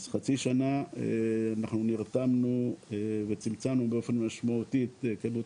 אז חצי שנה אנחנו נרתמנו וצמצמנו באופן משמעותי את כמות